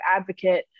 advocate